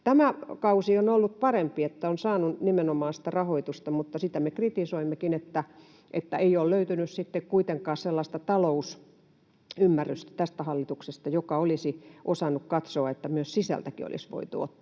Tämä kausi on ollut parempi, että on saanut nimenomaan sitä rahoitusta, mutta sitä me kritisoimmekin, että ei ole löytynyt sitten kuitenkaan sellaista talousymmärrystä tästä hallituksesta, että olisi osattu katsoa, että myös sisältä olisi voitu ottaa